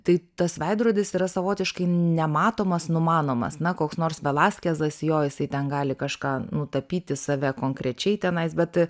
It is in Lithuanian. tai tas veidrodis yra savotiškai nematomas numanomas na koks nors velaskesas jo jisai ten gali kažką nutapyti save konkrečiai tenais bet